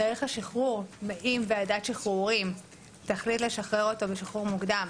תאריך השחרור אם ועדת שחרורים תחליט לשחרר אותו בשחרור מוקדם,